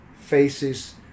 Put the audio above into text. faces